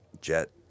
Jet